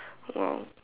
!wow!